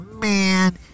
man